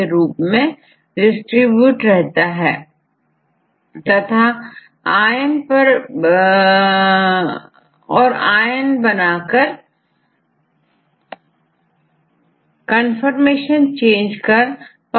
इस तरहफेलिक्स ट्रांसफॉरमेशन से कंफर्मेशन चेंज होता है